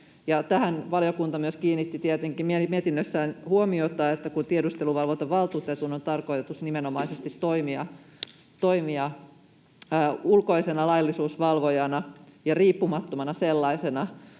Tähän valiokunta tietenkin myös kiinnitti mietinnössään huomiota, että kun tiedusteluvalvontavaltuutetun on tarkoitus nimenomaisesti toimia ulkoisena laillisuusvalvojana ja riippumattomana sellaisena,